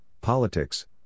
Politics